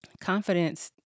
confidence